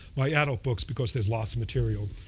my adult books, because there's lots of material,